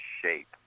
shape